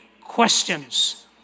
questions